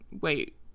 Wait